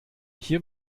hier